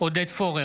עודד פורר,